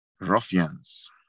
Ruffians